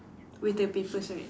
with the papers right